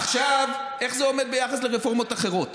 עכשיו, איך זה עומד ביחס לרפורמות אחרות?